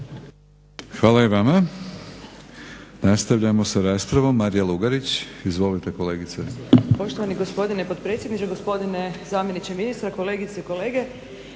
Hvala i vama. Nastavljamo sa raspravom. Marija Lugarić, izvolite kolegice.